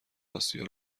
آسیا